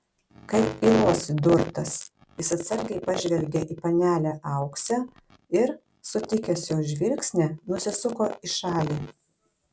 kaip ylos įdurtas jis atsargiai pažvelgė į panelę auksę ir sutikęs jos žvilgsnį nusisuko į šalį